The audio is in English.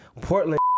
Portland